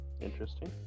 Interesting